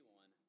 one